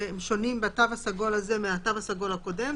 שהם שונים בתו הסגול הזה מהתו הסגול הקודם.